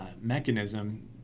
mechanism